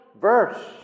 verse